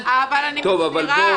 ראשונה, קחו אותו לאזור של החינוך, תגידו: